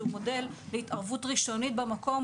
שהוא מודל להתערבות ראשונית במקום,